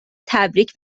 تبریک